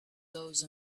those